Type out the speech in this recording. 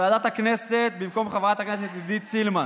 בוועדת הכנסת, במקום חברת הכנסת עידית סילמן